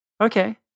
Okay